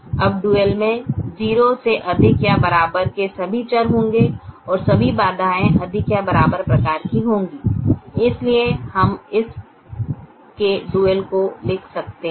अब डुअल में 0 से अधिक या बराबर के सभी चर होंगे और सभी बाधाएं अधिक या बराबर प्रकार की होंगी इसलिए हम इस के डुअल को लिख सकते हैं